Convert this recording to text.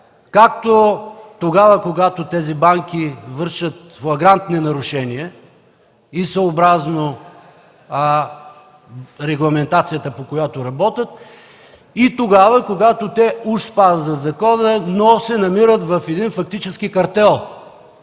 банки в България, когато тези банки вършат флагрантни нарушения съобразно регламентацията, по която работят, и тогава, когато уж спазват закона, но се намират в един фактически картел,